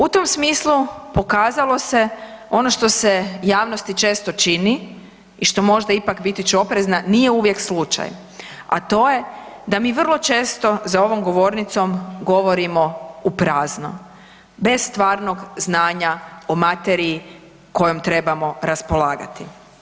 U tom smislu pokazalo se ono što se javnosti često čini i što možda ipak, biti ću oprezna, nije uvijek slučaj, a to je da mi vrlo često za ovom govornicom govorimo u prazno bez stvarnog znanja o materiji kojom trebamo raspolagati.